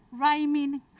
rhyming